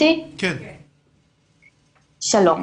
שלום.